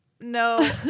No